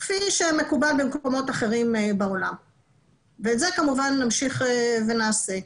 כפי שמקובל במקומות אחרים בעולם ואת זה כמובן נמשיך לעשות.